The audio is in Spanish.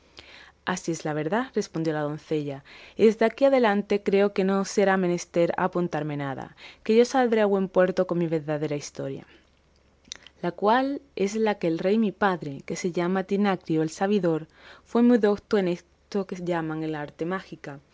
así es la verdad respondió la doncella y desde aquí adelante creo que no será menester apuntarme nada que yo saldré a buen puerto con mi verdadera historia la cual es que el rey mi padre que se llama tinacrio el sabidor fue muy docto en esto que llaman el arte mágica